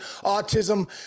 autism